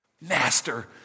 Master